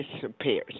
disappears